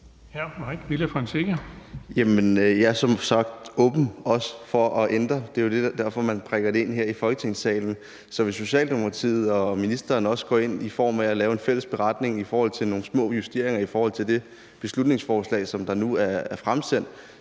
jeg er som sagt åben for at ændre, og det er jo derfor, man bringer det ind her i Folketingssalen. Så hvis Socialdemokratiet og ministeren også går ind og vil lave en fælles beretning i forhold til nogle små justeringer i forhold til det beslutningsforslag, der nu er fremsat,